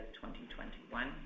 2021